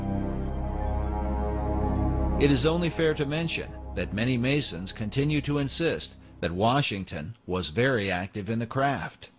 is only fair to mention that many masons continued to insist that washington was very active in the craft